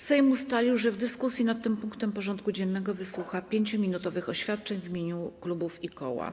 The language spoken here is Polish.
Sejm ustalił, że w dyskusji nad tym punktem porządku dziennego wysłucha 5-minutowych oświadczeń w imieniu klubów i koła.